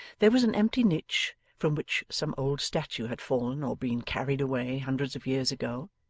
there was an empty niche from which some old statue had fallen or been carried away hundreds of years ago,